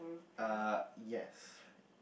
uh yes